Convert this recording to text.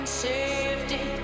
safety